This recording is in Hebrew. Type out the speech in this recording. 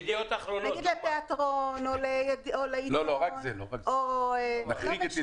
לתיאטרון או לעיתון או לא משנה,